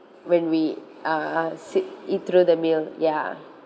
when we uh sit eat through the meal ya